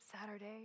Saturday